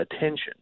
attention